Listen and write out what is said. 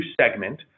segment